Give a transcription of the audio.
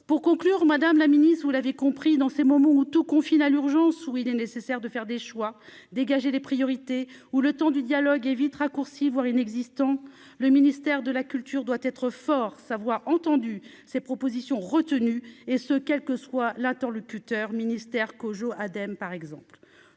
pour conclure, Madame la Ministre, vous l'avez compris dans ces moments où tout confine à l'urgence ou il est nécessaire de faire des choix, dégager des priorités ou le temps du dialogue évite raccourcis voire inexistants, le ministère de la culture doit être fort voix entendu ces propositions retenues et ce quel que soit l'interlocuteur ministère COJO Adem, par exemple,